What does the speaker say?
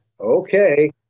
Okay